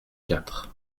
quatre